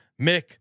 Mick